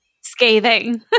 Scathing